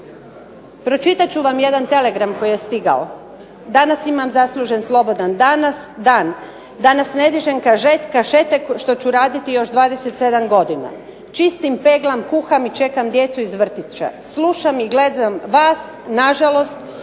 Pročitat ću vam jedan telegram koji je stigao, danas ima zaslužen slobodan dan, danas ne dižem kašete što ću raditi još 27 godina, čistim, peglam, kuham i čekam djecu iz vrtića, slušam i gledam vas, na žalost